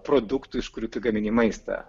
produktų iš kurių tu gamini maistą